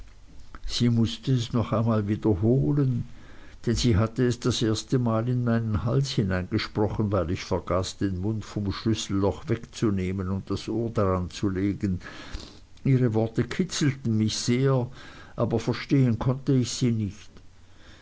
sie mußte es noch einmal wiederholen denn sie hatte es das erstemal in meinen hals hineingesprochen weil ich vergaß den mund vom schlüsselloch wegzunehmen und das ohr daranzulegen ihre worte kitzelten mich sehr aber verstehen konnte ich sie nicht